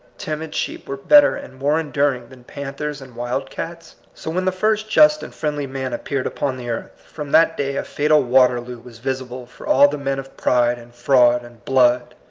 timid sheep were better and more enduring than panthers and wildcats? so when the first just and friendly man appeared upon the earth, from that day a fatal waterloo was visible for all the men of pride and fraud and blood.